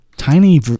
tiny